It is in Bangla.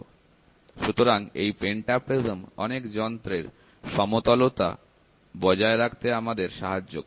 সুতরাং এই পেন্টাপ্রিজম অনেক যন্ত্রের সমতলতা বজায় রাখতে আমাদের সাহায্য করে